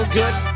good